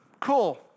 Cool